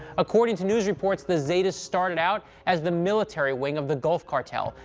according to news reports, the zetas started out as the military wing of the gulf cartel,